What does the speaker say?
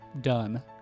done